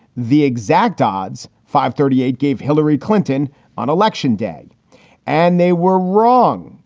the exact odds, five thirty eight gave hillary clinton on election day and they were wrong.